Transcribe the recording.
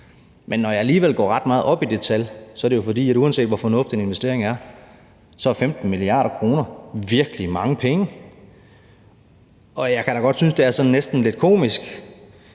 Men når jeg alligevel går ret meget op i det tal, er det jo, fordi 15 mia. kr., uanset hvor fornuftig en investering det er, er virkelig mange penge. Og jeg kan da godt synes, at det er sådan næsten lidt komisk,